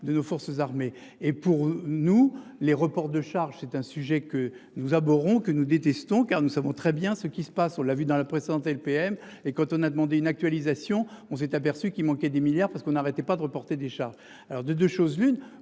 de nos forces armées et pour nous les reports de charges, c'est un sujet que nous aborderons que nous détestons car nous savons très bien ce qui se passe, on l'a vu dans la précédente LPM et quand on a demandé une actualisation, on s'est aperçu qu'il manquait 10 milliards parce qu'on n'arrêtait pas de reporter déjà alors de 2 choses l'une,